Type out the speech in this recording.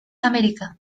america